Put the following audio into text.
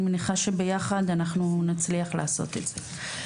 אני מניחה שביחד אנחנו נצליח לעשות את זה.